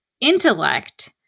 intellect